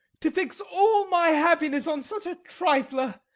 to fix all my happiness on such a trifler!